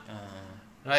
ah